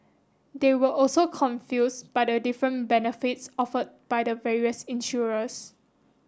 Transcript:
they were also confused by the different benefits offered by the various insurers